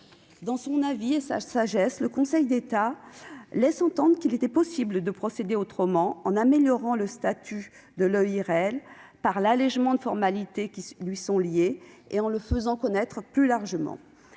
Dans son avis et dans sa sagesse, le Conseil d'État laisse entendre qu'il était possible de procéder autrement, en améliorant le statut d'EIRL l'allégement des formalités qui lui sont liées et en le faisant connaître plus largement.